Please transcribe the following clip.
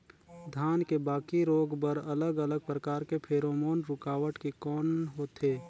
धान के बाकी रोग बर अलग अलग प्रकार के फेरोमोन रूकावट के कौन होथे?